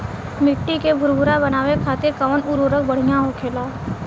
मिट्टी के भूरभूरा बनावे खातिर कवन उर्वरक भड़िया होखेला?